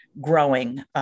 growing